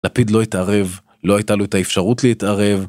לפיד לא התערב, לא הייתה לו את האפשרות להתערב.